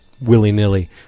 willy-nilly